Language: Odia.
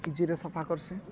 ଇଜିରେ ସଫା କର୍ସି